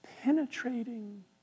penetrating